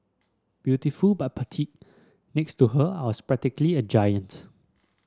beautiful but petite next to her I was practically a giant